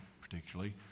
particularly